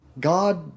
God